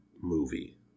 movie